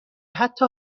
حتا